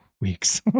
weeks